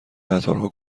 قطارها